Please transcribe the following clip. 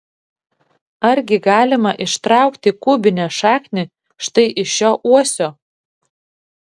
argi galima ištraukti kubinę šaknį štai iš šio uosio